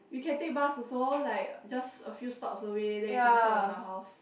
we can take bus also like just a few stops away then you can stop at my house